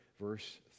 verse